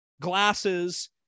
glasses